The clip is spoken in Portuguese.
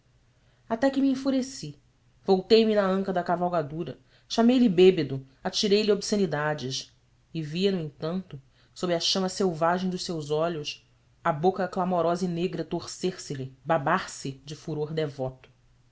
até que me enfureci voltei-me na anca da cavalgadura chamei-lhe bêbedo atirei lhe obscenidades e via no entanto sob a chama selvagem dos seus olhos a boca clamorosa e negra torcer se lhe babar se de furor devoto